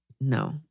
no